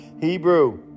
Hebrew